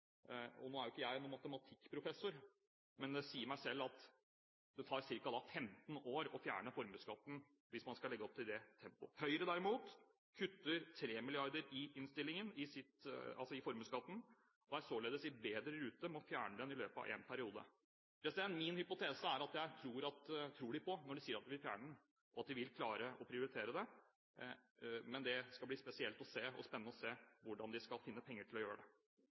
formuesskatten. Nå er ikke jeg noen matematikkprofessor, men det sier seg selv at det da tar ca. 15 år å fjerne formuesskatten hvis man skal legge opp til det tempoet. Høyre derimot kutter 3 mrd. kr i formuesskatten i sitt budsjett og er således bedre i rute med å fjerne den i løpet av en periode. Min hypotese er at de tror på dette når de sier at de vil fjerne den, og at de vil klare å prioritere det. Men det skal bli spesielt og spennende å se hvordan de skal finne penger til å gjøre det.